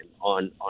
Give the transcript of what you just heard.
on